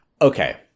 Okay